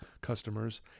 customers